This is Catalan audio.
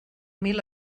mil